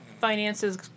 finances